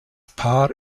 paar